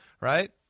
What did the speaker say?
right